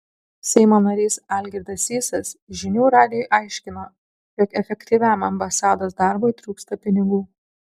seimo narys algirdas sysas žinių radijui aiškino jog efektyviam ambasados darbui trūksta pinigų